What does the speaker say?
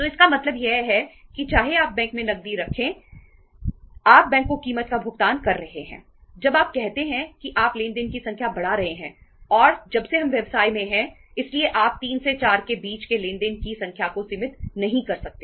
तो इसका मतलब यह है कि चाहे आप बैंक में नकदी रख रहे हैं आप बैंक को कीमत का भुगतान कर रहे हैं जब आप कहते हैं कि आप लेनदेन की संख्या बढ़ा रहे हैं और जब से हम व्यवसाय में हैं इसलिए आप 3 से 4 के बीच के लेनदेन की संख्या को सीमित नहीं कर सकते